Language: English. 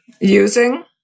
using